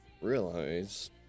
realize